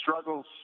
struggles